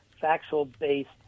factual-based